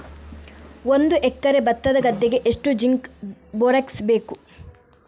ಒಂದು ಎಕರೆ ಭತ್ತದ ಗದ್ದೆಗೆ ಎಷ್ಟು ಜಿಂಕ್ ಬೋರೆಕ್ಸ್ ಬೇಕು?